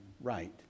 right